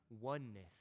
oneness